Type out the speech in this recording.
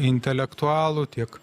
intelektualų tiek